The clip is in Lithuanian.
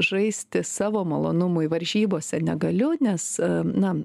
žaisti savo malonumui varžybose negaliu nes na